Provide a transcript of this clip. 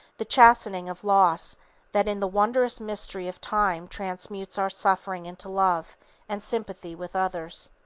the chastening of loss that in the wondrous mystery of time transmutes our suffering into love and sympathy with others.